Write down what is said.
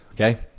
Okay